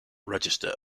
register